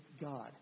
God